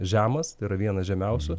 žemas tai yra vienas žemiausių